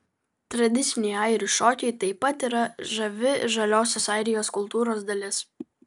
tradiciniai airių šokiai taip pat yra žavi žaliosios airijos kultūros dalis